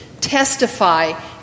testify